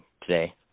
today